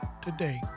today